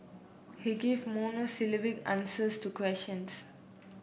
he gives monosyllabic answers to questions